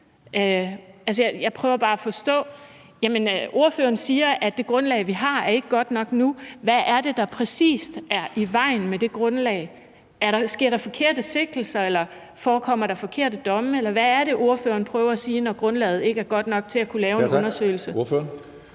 Jeg prøver bare at forstå det. Ordføreren siger, at det grundlag, vi har nu, ikke er godt nok. Hvad er det præcis, der er i vejen med det grundlag? Sker der forkerte sigtelser, eller forekommer der forkerte domme? Eller hvad er det, ordføreren prøver at sige, når grundlaget ikke er godt nok til at kunne lave en undersøgelse?